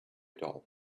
doll